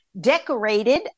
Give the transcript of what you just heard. decorated